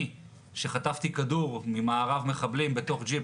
אני שחטפתי כדור ממארב מחבלים בתוך ג'יפ